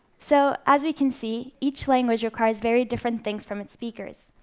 so, as we can see each language requires very different things from its speakers.